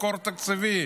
מקור תקציבי,